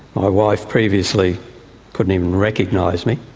my wife previously couldn't even recognise me.